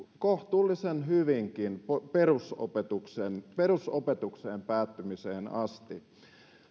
kohtuullisen hyvinkin perusopetuksen perusopetuksen päättymiseen asti